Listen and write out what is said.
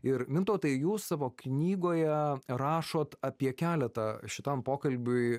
ir mintautai jūs savo knygoje rašot apie keletą šitam pokalbiui